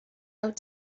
out